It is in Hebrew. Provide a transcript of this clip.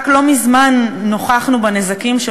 רק לא מזמן נוכחנו בנזקים,